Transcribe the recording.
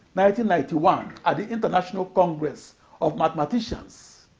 ninety ninety one at the international congress of mathematicians